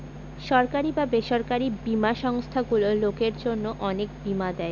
সরকারি বা বেসরকারি বীমা সংস্থারগুলো লোকের জন্য অনেক বীমা দেয়